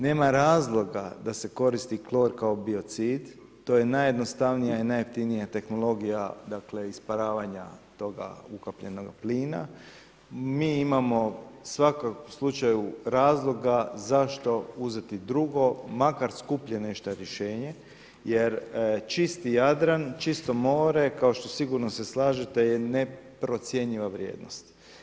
Nema razloga da se koristi klor kao biocid, to je najjednostavnija i najjeftinija tehnologija isparavanja toga ukapljenog plina, mi imamo u svakom slučaju razloga zašto uzeti drugo, makar skuplje nešto rješenje jer čisti Jadran, čisto more kao što sigurno se slažete je neprocjenjiva vrijednost.